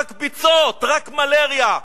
רק ביצות, רק מלריה.